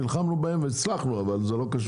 נלחמנו בהם והצלחנו, אבל זה לא קשור.